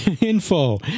Info